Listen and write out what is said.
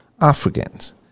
Africans